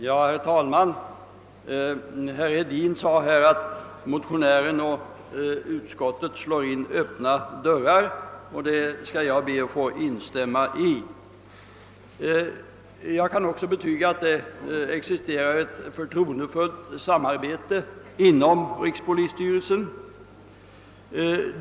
Herr talman! Herr Hedin sade att motionären och utskottet här slår in öppna dörrar, och det instämmer jag i. Vidare kan också jag betyga att det råder ett förtroendefullt samarbete inom rikspolisstyrelsen.